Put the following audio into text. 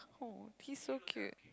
oh he's so cute